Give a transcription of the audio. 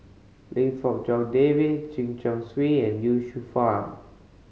Lim Fong Jock David Chen Chong Swee and Ye Shufang